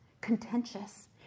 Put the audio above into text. contentious